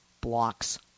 blocks